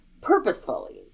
purposefully